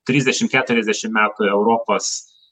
trisdešimt keturiasdešimt metų europos